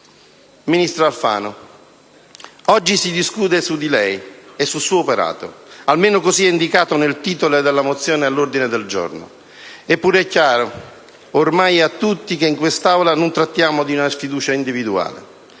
Ministro Alfano, oggi si discute su di lei e sul suo operato, almeno così è indicato nel titolo della mozione all'ordine del giorno. Eppure è chiaro ormai a tutti che in quest'Aula non trattiamo di una sfiducia individuale.